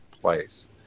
place